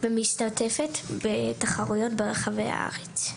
וגם משתתפת בתחרויות ברחבי הארץ.